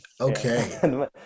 Okay